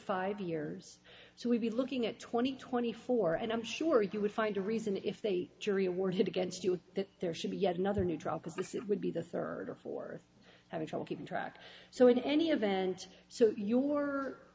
five years so we'd be looking at twenty twenty four and i'm sure you would find a reason if they jury awarded against you that there should be yet another new trial because this it would be the third or fourth having trouble keeping track so in any event so your